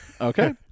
Okay